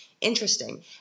interesting